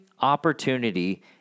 opportunity